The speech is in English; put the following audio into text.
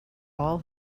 all